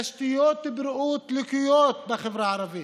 תשתיות הבריאות לקויות בחברה הערבית.